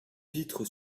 vitres